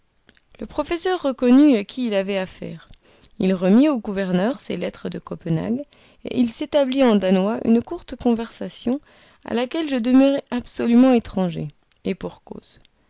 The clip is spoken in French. le professeur reconnut à qui il avait affaire il remit au gouverneur ses lettres de copenhague et il s'établit en danois une courte conversation à laquelle je demeurai absolument étranger et pour cause